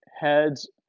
heads